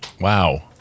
Wow